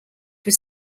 was